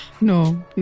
no